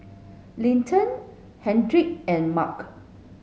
Linton Kendrick and Mark